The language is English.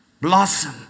blossom